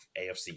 AFC